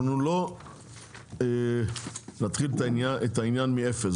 אנחנו לא נתחיל את העניין מאפס,